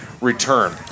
return